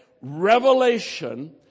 revelation